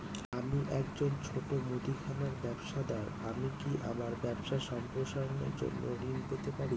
আমি একজন ছোট মুদিখানা ব্যবসাদার আমি কি আমার ব্যবসা সম্প্রসারণের জন্য ঋণ পেতে পারি?